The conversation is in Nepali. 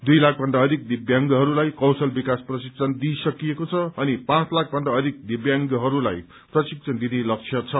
दुइ लाखभन्दा अधिक दिव्यांगहरूलाई कौशल विकास प्रशिक्षण दिइसकिएको छ अनि पाँच लाखभन्दा अधिक दिव्यांगहरूलाई प्रशिक्षण दिने लक्ष्य छ